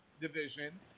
Division